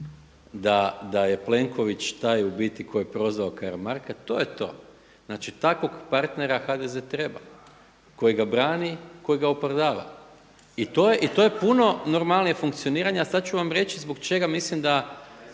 da je Plenković taj u biti koji je prozvao Karamarka, to je to. Znači, takvog partnera HDZ-e treba koji ga brani, koji ga opravdava i to puno normalnije funkcioniranje. I sada ću vam reći zbog čega mislim da